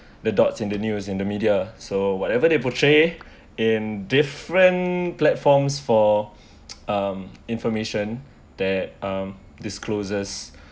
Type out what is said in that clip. the dots in the news in the media so whatever they portray in different platforms for um information that um discloses